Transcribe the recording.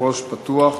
ראש פתוח.